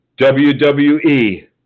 WWE